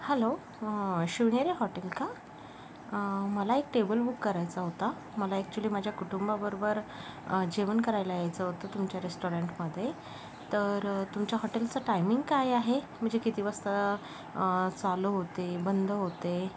hello Shivneri hotel का मला एक टेबल बुक करायचा होता मला ॲक्चुली माझ्या कुटुंबाबरोबर जेवण करायला यायचं होतं तुमच्या रेस्टॉरंटमध्ये तर तुमच्या हॉटेलचा टायमिंग काय आहे म्हणजे किती वाजता चालू होते बंद होते